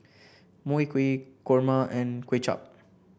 Mui Kee Kurma and Kuay Chap